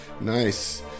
nice